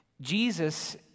Jesus